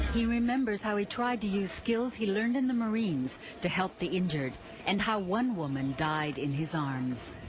he remembers how he tried to use skills he learned in the marines to help the injured and how one woman died in his arms.